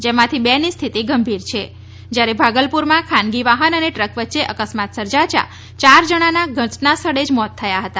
જેમાંથી બે ની સ્થિતિ ગંભીર છે જયારે ભાગલપુરમાં ખાનગી વાહન અને ટ્રક વચ્ચે અકસ્માત સર્જાતા યાર જણાના ઘટના સ્થળે જ મોત થયા હતા